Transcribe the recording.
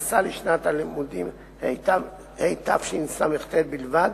שהתייחס לשנת הלימודים התשס"ט בלבד,